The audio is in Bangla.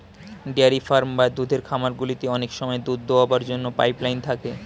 ডেয়ারি ফার্ম বা দুধের খামারগুলিতে অনেক সময় দুধ দোয়াবার জন্য পাইপ লাইন থাকে